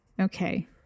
Okay